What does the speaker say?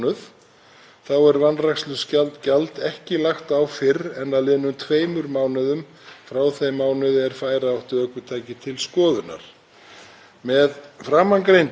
Með framangreindu er að verulegu leyti komið til móts við eigendur ökutækja sem búa við aðstæður þar sem örðugt getur reynst að færa þau til reglubundinnar skoðunar.